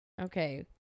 Okay